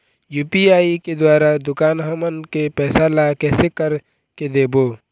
UPI के द्वारा दुकान हमन के पैसा ला कैसे कर के देबो?